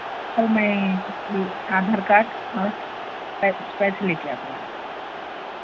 کل میں آدھار کاٹ اور پیسے لے کے آتی ہوں میڈم